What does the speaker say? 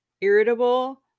irritable